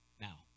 Now